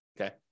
okay